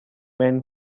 when